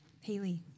Haley